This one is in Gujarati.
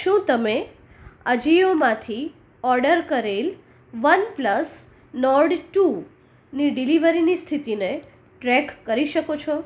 શું તમે અજિયો માંથી ઓડર કરેલ વનપ્લસ નોર્ડ ટુની ડિલિવરીની સ્થિતિને ટ્રેક કરી શકો છો